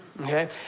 Okay